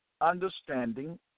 understanding